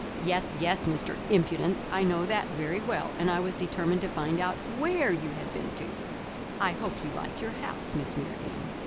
yes, yes, mr. impudence, i know that very well, and i was determined to find out where you had been to i hope you like your house, miss marianne.